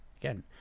again